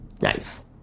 Nice